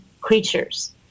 creatures